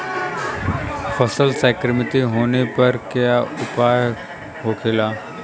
फसल संक्रमित होने पर क्या उपाय होखेला?